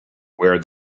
where